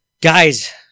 Guys